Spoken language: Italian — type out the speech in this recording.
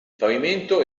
pavimento